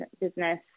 business